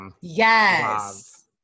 Yes